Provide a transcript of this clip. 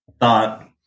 thought